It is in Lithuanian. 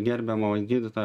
gerbiamo gydytojo